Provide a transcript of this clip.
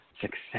success